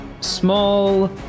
small